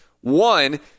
One